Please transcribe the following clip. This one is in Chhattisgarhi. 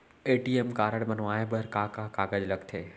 ए.टी.एम कारड बनवाये बर का का कागज लगथे?